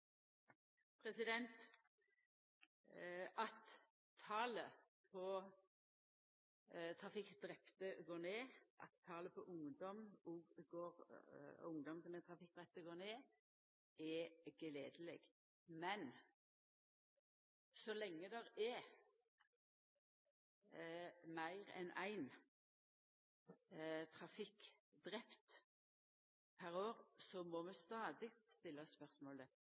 At talet på trafikkdrepne går ned, og at talet på ungdom som er trafikkdrepne, går ned, er gledeleg. Men så lenge det er meir enn ein trafikkdrepen per år, må vi stadig stilla spørsmålet: